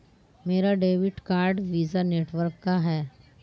मेरा debit card Visa network का है